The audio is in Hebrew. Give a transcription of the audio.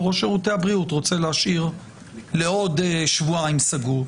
זה ראש שירותי הבריאות רוצה להשאיר לעוד שבועיים סגור.